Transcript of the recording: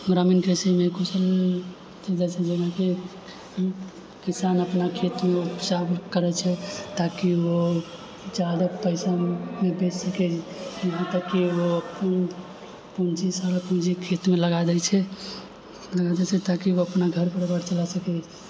ग्रामीण कृषिमे कुशल कहल जाइ छै जाहिमे कि किसान अपना खेतमे उपजा करै छै ताकि ओ ज्यादा पइसामे बेसीके मतलब कि ओ पूँजी सारा पूँजी खेतमे लगा दै छै ताकि ओ अपना घर परिवार चला सकै